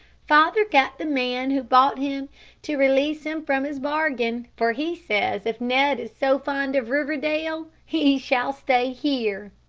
father got the man who bought him to release him from his bargain, for he says if ned is so fond of riverdale, he shall stay here.